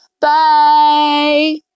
Bye